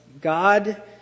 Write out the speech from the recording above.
God